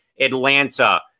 Atlanta